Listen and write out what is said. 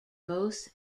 both